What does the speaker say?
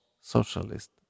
socialist